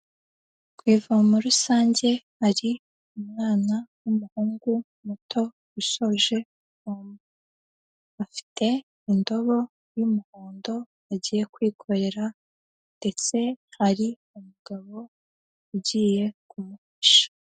Ku ivomo rusange hari umwana w'umuhungu muto usoje kuvoma. Afite indobo y'umuhondo agiye kwikorera, ndetse hari umugabo ugiye kumufasha.